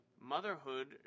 Motherhood